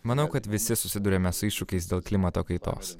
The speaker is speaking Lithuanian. manau kad visi susiduriame su iššūkiais dėl klimato kaitos